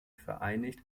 vereinigt